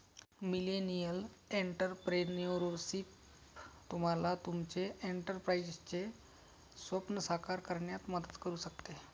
millennial entrepreneurship तुम्हाला तुमचे एंटरप्राइझचे स्वप्न साकार करण्यात मदत करू शकते